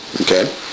Okay